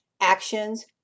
actions